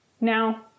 Now